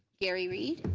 gary reed.